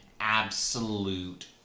absolute